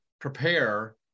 prepare